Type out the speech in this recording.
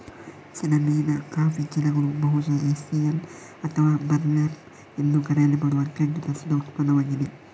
ಸೆಣಬಿನ ಕಾಫಿ ಚೀಲಗಳು ಬಹುಶಃ ಹೆಸ್ಸಿಯನ್ ಅಥವಾ ಬರ್ಲ್ಯಾಪ್ ಎಂದು ಕರೆಯಲ್ಪಡುವ ಅತ್ಯಂತ ಪ್ರಸಿದ್ಧ ಉತ್ಪನ್ನವಾಗಿದೆ